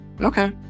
okay